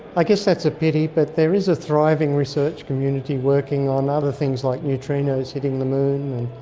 i guess that's a pity but there is a thriving research community working on other things like neutrinos hitting the moon,